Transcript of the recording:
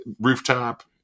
rooftop